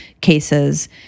cases